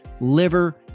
liver